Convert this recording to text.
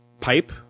pipe